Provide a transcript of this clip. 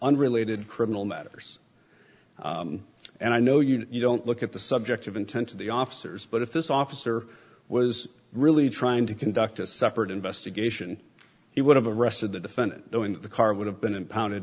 unrelated criminal matters and i know you don't look at the subject of intent of the officers but if this officer was really trying to conduct a separate investigation he would have arrested the defendant knowing that the car would have been impounded